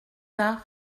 tard